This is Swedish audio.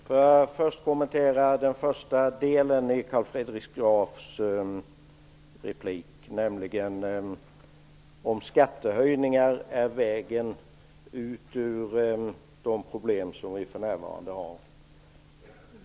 Herr talman! Låt mig först kommentera den första delen av Carl Fredrik Grafs replik, nämligen den som gällde om skattehöjningar är vägen ut ur de problem som vi för närvarande har.